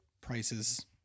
prices